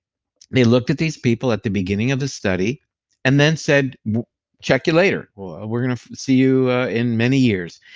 they looked at these people at the beginning of the study and then said check you later. we're gonna see you in many years.